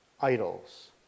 idols